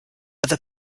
other